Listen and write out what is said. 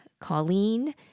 Colleen